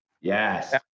yes